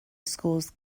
schools